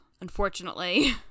unfortunately